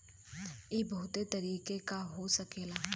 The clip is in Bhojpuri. इ बहुते तरीके क हो सकला